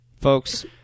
folks